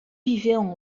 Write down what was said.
vivaient